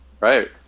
Right